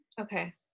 Okay